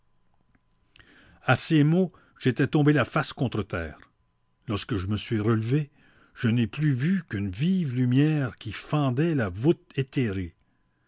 a ces mots j'étais tombé la face contre terre lorsque je me suis relevé je n'ai plus vu qu'une vive lumière qui fendait la voûte éthérée